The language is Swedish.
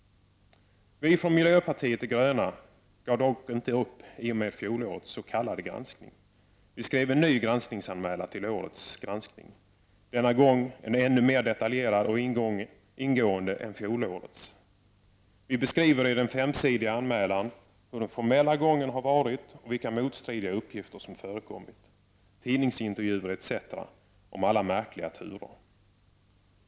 Vi från miljöpartiet de gröna gav dock inte upp i och med fjolårets s.k. granskning, utan vi gjorde till årets granskning en ny granskningsanmälan, denna gång ännu mera detaljerad och ingående än fjolårets. Vi beskriver i vår femsidiga anmälan hur den formella gången har varit och vilka motstridiga uppgifter som förekommit, tidningsintervjuer etc. om alla märkliga turer i ärendet.